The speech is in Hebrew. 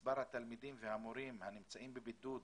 מספר התלמידים והמורים הנמצאים בבידוד